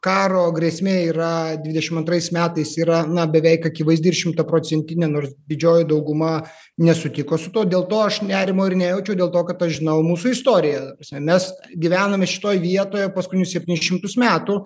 karo grėsmė yra dvidešimt antrais metais yra na beveik akivaizdi ir šimtaprocentinė nors didžioji dauguma nesutiko su tuo dėl to aš nerimo ir nejaučiu dėl to kad aš žinau mūsų istoriją ta prasme mes gyvename šitoj vietoje paskutinius septynis šimtus metų